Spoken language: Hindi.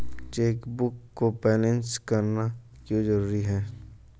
चेकबुक को बैलेंस करना क्यों जरूरी है?